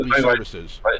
services